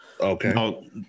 Okay